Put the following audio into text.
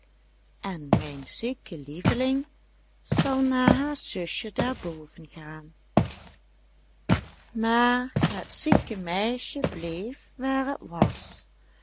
en mijn zieke lieveling zal naar haar zusje daarboven gaan maar het zieke meisje bleef waar het was